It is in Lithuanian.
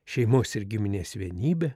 šeimos ir giminės vienybė